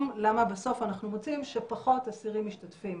למה בסוף אנחנו מוצאים שבסוף פחות אסירים משתתפים